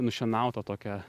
nušienautą tokią